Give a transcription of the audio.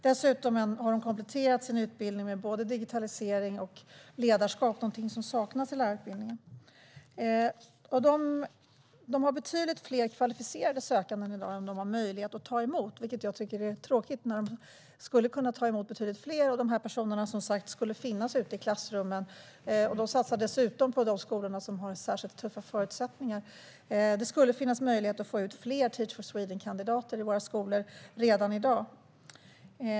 Dessutom har man kompletterat utbildningen med både digitalisering och ledarskap, vilket är något som saknas i lärarutbildningen. Teach for Sweden har i dag betydligt fler kvalificerade sökande än man har möjlighet att ta emot, vilket jag tycker är tråkigt. Man skulle kunna ta emot betydligt fler, och de personerna skulle som sagt finnas ute i klassrummen. Man satsar dessutom på de skolor som har särskilt tuffa förutsättningar. Det skulle alltså finnas möjlighet att få ut fler Teach for Sweden-kandidater i våra skolor redan i dag.